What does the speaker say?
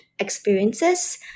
experiences